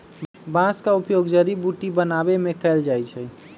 बांस का उपयोग जड़ी बुट्टी बनाबे में कएल जाइ छइ